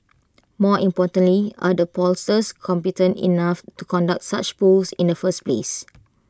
more importantly are the pollsters competent enough to conduct such polls in the first place